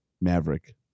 Maverick